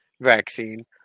vaccine